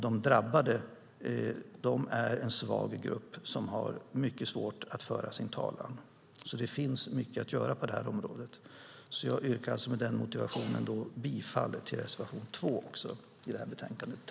De drabbade är en svag grupp som har mycket svårt att föra sin talan. Det finns mycket att göra på det här området. Med den motivationen yrkar jag bifall till reservation 2 i betänkandet.